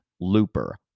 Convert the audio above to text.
Looper